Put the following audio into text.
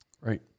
Right